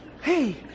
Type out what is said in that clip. Hey